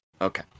okay